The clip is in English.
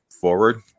forward